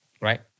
right